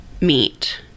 meet